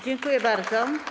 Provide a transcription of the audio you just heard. Dziękuję bardzo.